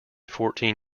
fourteen